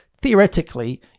theoretically